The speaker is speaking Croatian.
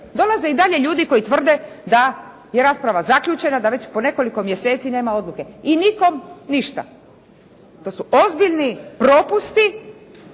Dolaze i dalje ljudi koje tvrde da je rasprava zaključena, da već po nekoliko mjeseci nema odluke i nikom ništa. To su ozbiljni propusti,